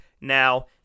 now